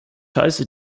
heiße